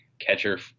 catcher